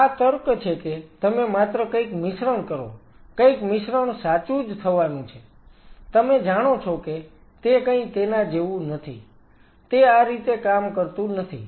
આ તર્ક છે કે તમે માત્ર કંઈક મિશ્રણ કરો કંઈક મિશ્રણ સાચુજ થવાનું છે તમે જાણો છો કે તે કંઈ તેના જેવું નથી તે આ રીતે કામ કરતું નથી